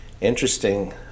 Interesting